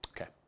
Okay